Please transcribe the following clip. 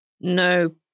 no